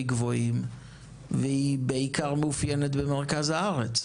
גבוהים והיא מאופיינת בעיקר במרכז הארץ.